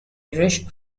irish